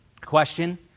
question